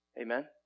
Amen